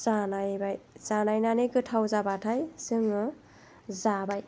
जानायबाय जानायनानै गोथाव जाबाथाय जोङो जाबाय